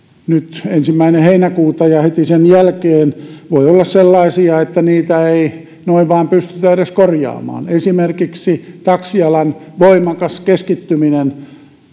ensimmäinen heinäkuuta ja heti sen jälkeen voi olla sellaisia että niitä ei noin vain pystytä edes korjaamaan esimerkiksi taksialan voimakas keskittyminen